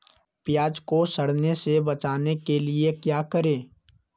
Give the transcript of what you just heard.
प्याज को सड़ने से बचाने के लिए क्या करें?